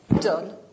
Done